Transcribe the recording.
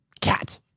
Cat